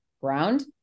ground